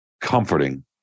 comforting